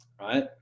Right